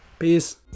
Peace